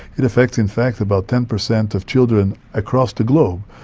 it affects in fact about ten percent of children across the globe,